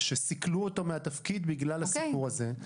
שסיכלו אותו מן התפקיד בגלל הסיפור הזה.